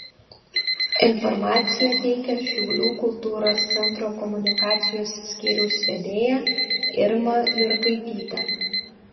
informaciją teikia šiaulių kultūros centro komunikacijos skyriaus vedėja irma jurgaitytė